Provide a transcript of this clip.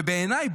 ובעיניי,